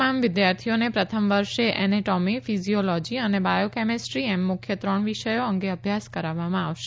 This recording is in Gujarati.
તમામ વિદ્યાર્થીઓને પ્રથમ વર્ષે એનેટોમી ફિઝિયોલોજી અને બાયો કેમેસ્ટ્રી એમ મુખ્ય ત્રણ વિષયો અંગે અભ્યાસ કરાવવામાં આવશે